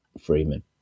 Freeman